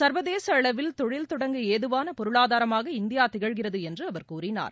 சர்வதேச அளவில் தொழில் தொடங்க ஏதுவான பொருளாதாரமாக இந்தியா திகழ்கிறது என்று அவர் கூறினார்